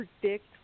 predict